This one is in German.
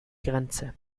grenze